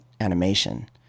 animation